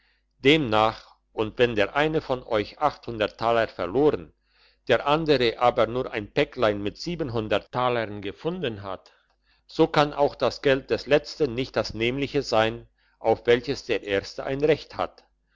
demnach und wenn der eine von euch taler verloren der andere aber nur ein päcklein mit talern gefunden hat so kann auch das geld des letztern nicht das nämliche sein auf welches der erstere ein recht hat